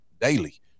daily